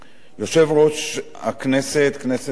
יושב-ראש הכנסת, כנסת נכבדה,